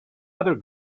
other